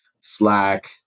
Slack